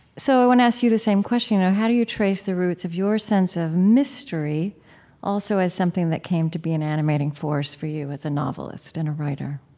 so i want to ask you the same question. you know how do you trace the roots of your sense of mystery also as something that came to be an animating force for you as a novelist and a writer?